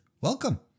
welcome